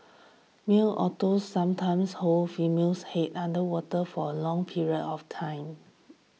male otters sometimes hold female's head under water for a long period of time